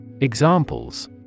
Examples